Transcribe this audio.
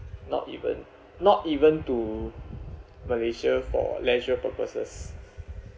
not even not even to malaysia for leisure purposes